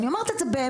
אני אומרת את זה באמת.